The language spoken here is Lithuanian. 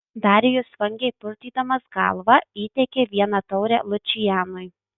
darijus vangiai purtydamas galvą įteikė vieną taurę lučianui